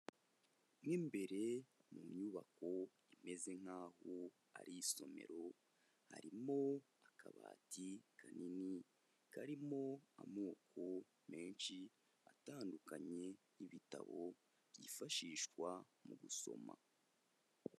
Mo imbere mu nyubako imeze nk'aho ari isomero, harimo akabati kanini karimo amoko menshi atandukanye y'ibitabo byifashishwa mu gusoma.